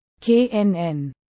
knn